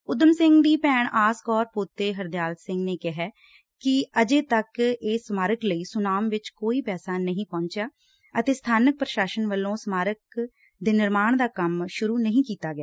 ਉਧਮ ਸਿੰਘ ਦੀ ਭੈਣ ਆਸ ਕੌਰ ਪੌਤੇ ਹਰਦਿਆਲ ਸਿੰਘ ਨੇ ਕਿਹਾ ਕਿ ਅਜੇ ਤੱਕ ਇਸ ਸਮਾਰਕ ਲਈ ਸੁਨਾਮ ਵਿਚ ਕੋਈ ਪੈਸਾ ਨਹੀਂ ਪਹੁੰਚਿਆ ਅਤੇ ਸਬਾਨਕ ਪ੍ਸ਼ਾਸਨ ਵੱਲੋਂ ਸਮਾਰਕ ਦੇ ਨਿਰਮਾਣ ਦਾ ਕੰਮ ਸੁਰੂ ਨਹੀਂ ਕੀਤਾ ਗਿਆ